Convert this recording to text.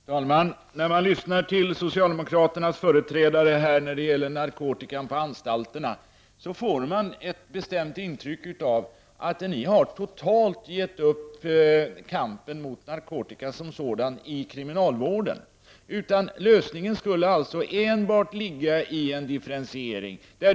Herr talman! När man lyssnar till socialdemokraternas företrädare då hon talar om narkotikan på anstalterna, får man ett bestämt intryck av att ni totalt har gett upp kampen mot narkotika som sådan i kriminalvården. Lösningen skulle alltså enbart ligga i en differentiering.